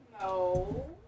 No